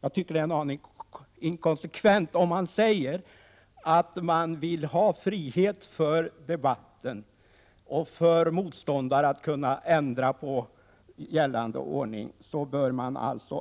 Jag tycker emellertid att det är en aning inkonsekvent om man samtidigt säger att man vill ha frihet för debatten och för motståndare att kunna ändra på gällande ordning.